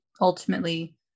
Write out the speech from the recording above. ultimately